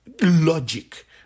logic